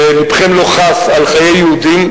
ולבכם לא חס על חיי יהודים,